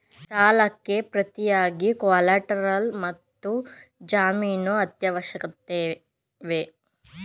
ಸಾಲಕ್ಕೆ ಪ್ರತಿಯಾಗಿ ಕೊಲ್ಯಾಟರಲ್ ಮತ್ತು ಜಾಮೀನು ಅತ್ಯವಶ್ಯಕವೇ?